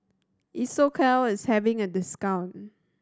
Isocal is having a discount